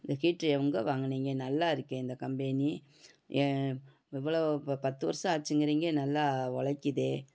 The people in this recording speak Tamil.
இந்த ஹீட்ரு எங்கே வாங்குனிங்க நல்லா இருக்கே இந்த கம்பெனி ஏன் இவ்வளோ ப பத்து வருஷம் ஆச்சுங்குறீங்க நல்லா உலைக்கிதே